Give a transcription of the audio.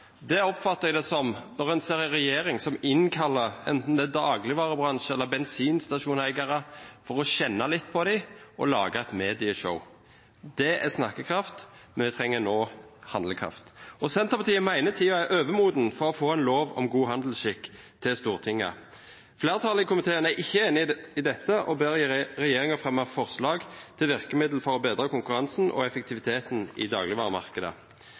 oppfatter jeg det som når en ser en regjering som innkaller, enten det er dagligvarebransje, eller det er bensinstasjonseiere, for å skjenne litt på dem og lage et medieshow. Det er snakkekraft. Vi trenger nå handlekraft. Senterpartiet mener tiden er overmoden for å få en lov om god handelsskikk til Stortinget. Flertallet i komiteen er ikke enig i dette og ber regjeringen fremme forslag til virkemidler for å bedre konkurransen og effektiviteten i dagligvaremarkedet.